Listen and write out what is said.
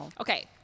Okay